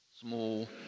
small